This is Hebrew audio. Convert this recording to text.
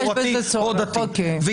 מסורתי או דתי.